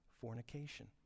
fornication